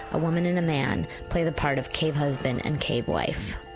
a woman, and a man, play the part of cave husband and cave wife.